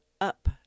up